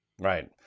Right